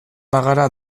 bagara